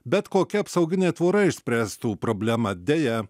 bet kokia apsauginė tvora išspręstų problemą deja